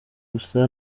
gusa